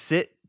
Sit